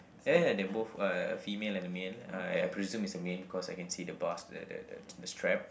eh they both uh female and the male I I presume is a male because I can see the bars to the the the strap